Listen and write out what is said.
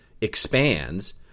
expands